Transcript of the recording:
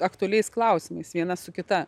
aktualiais klausimais viena su kita